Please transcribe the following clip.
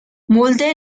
mulder